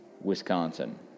Wisconsin